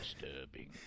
disturbing